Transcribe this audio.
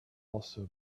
also